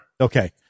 Okay